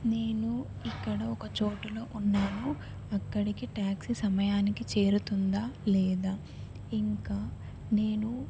నేను ఎక్కడో ఒక చోటులో ఉన్నాను అక్కడికి ట్యాక్సీ సమయానికి చేరుతుందా లేదా ఇంకా నేను వొక్